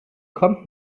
kommt